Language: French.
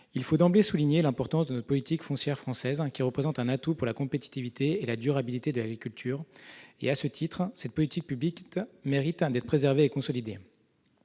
Il faut d'emblée souligner l'importance de la politique foncière en France. Elle représente un atout pour la compétitivité et la durabilité de notre agriculture. À ce titre, cette politique publique mérite d'être préservée et consolidée.